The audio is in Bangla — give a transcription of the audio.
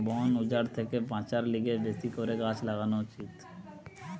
বন উজাড় থেকে বাঁচার লিগে বেশি করে গাছ লাগান উচিত